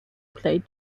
played